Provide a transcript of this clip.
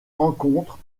encontre